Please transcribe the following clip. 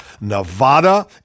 Nevada